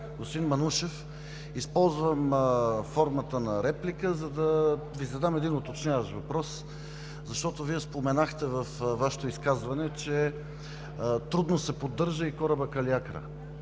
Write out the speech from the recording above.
Господин Манушев, използвам формата на реплика, за да Ви задам един уточняващ въпрос, защото Вие споменахте във Вашето изказване, че трудно се поддържа и корабът „Калиакра“.